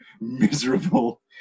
miserable